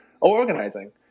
organizing